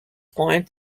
point